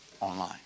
online